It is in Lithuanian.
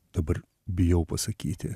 dabar bijau pasakyti